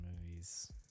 movies